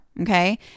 Okay